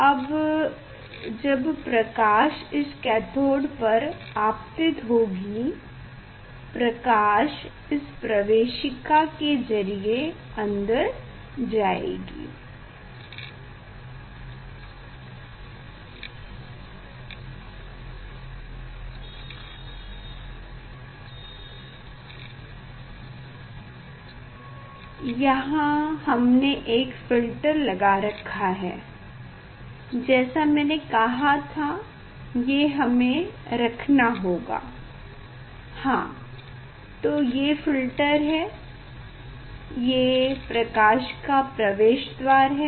अब जब प्रकाश इस कैथोड पर आपतित होगी प्रकाश इस प्रवेशिका के जरिये ही अंदर आएगी यहाँ हमने एक फ़िल्टर लगा रखा है जैसा मैंने कहा था ये हमें रखना होगा हाँ तो ये फ़िल्टर है ये प्रकाश का प्रवेश द्वार है